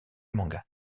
manga